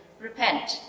Repent